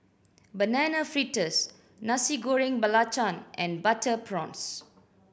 Banana Fritters Nasi Goreng Belacan and butter prawns